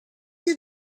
you